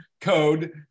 code